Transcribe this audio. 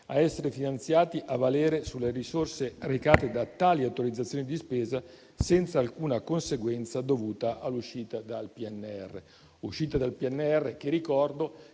a essere finanziati a valere sulle risorse recate da tali autorizzazioni di spesa, senza alcuna conseguenza dovuta all'uscita dal PNRR, dovuta - lo ricordo